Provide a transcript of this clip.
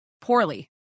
poorly